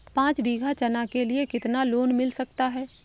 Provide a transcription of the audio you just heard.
पाँच बीघा चना के लिए कितना लोन मिल सकता है?